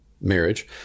marriage